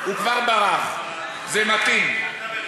זה לא חשוב, זה משנה בהתאם לנאום.